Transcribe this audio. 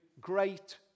great